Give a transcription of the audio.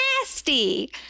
nasty